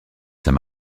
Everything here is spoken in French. saint